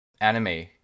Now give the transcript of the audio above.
anime